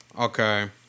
okay